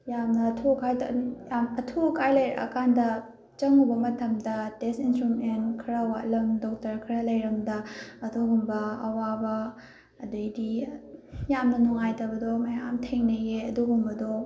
ꯌꯥꯝꯅ ꯑꯊꯨ ꯑꯀꯥꯏꯗ ꯌꯥꯝꯅ ꯑꯊꯨ ꯑꯀꯥꯏ ꯂꯩꯔꯛꯑꯀꯟꯗ ꯆꯪꯉꯨꯕ ꯃꯇꯝꯗ ꯇꯦꯁꯠ ꯏꯟꯁꯇ꯭ꯔꯨꯃꯦꯟ ꯈꯔ ꯋꯥꯠꯂꯝ ꯗꯣꯛꯇꯔ ꯈꯔ ꯂꯩꯔꯝꯗ ꯑꯗꯨꯒꯨꯝꯕ ꯑꯋꯥꯕ ꯑꯗꯩꯗꯤ ꯌꯥꯝꯅ ꯅꯨꯡꯉꯥꯏꯇꯕꯗꯣ ꯃꯌꯥꯝ ꯊꯦꯡꯅꯩꯌꯦ ꯑꯗꯨꯒꯨꯝꯕꯗꯣ